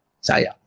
saya